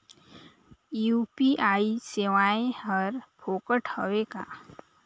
UPI सेवाएं हर फोकट हवय का?